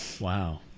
wow